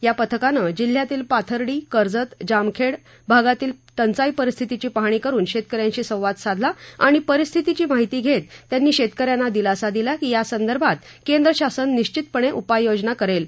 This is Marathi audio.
या पथकाने जिल्ह्यातील पाथर्डी कर्जत जामखेड भागातील टंचाई परिस्थितीची पाहणी करून शेतकऱ्यांशी संवाद साधला आणि परिस्थितीची माहिती घेत त्यांनी शेतकऱ्यांना दिलासा दिला की या संदर्भात केंद्र शासन निश्वितपणे उपायोजना करेल